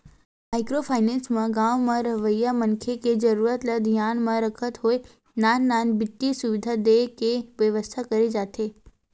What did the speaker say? micro finance म गाँव म रहवइया मनखे के जरुरत ल धियान म रखत होय नान नान बित्तीय सुबिधा देय के बेवस्था करे जाथे